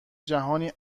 جهانی